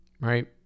right